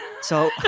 So-